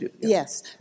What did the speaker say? Yes